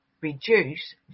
reduce